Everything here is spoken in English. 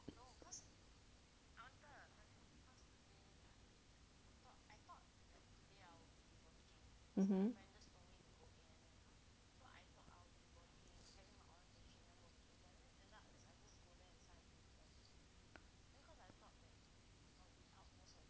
(uh huh)